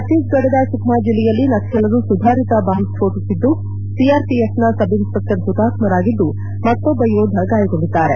ಭತ್ತೀಸ್ಫಡದ ಸುಕ್ತಾ ಜಿಲ್ಲೆಯಲ್ಲಿ ನಕ್ಷಲರು ಸುಧಾರಿತ ಬಾಂಬ್ ಸ್ವೋಟಿಸಿದ್ದು ಸಿಆರ್ಪಿಎಫ್ನ ಸಬ್ಇನ್ಸ್ಪೆಕ್ಸರ್ ಹುತಾತ್ತರಾಗಿದ್ದು ಮತ್ತೊಬ್ಲ ಯೋಧ ಗಾಯಗೊಂಡಿದ್ದಾರೆ